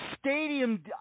stadium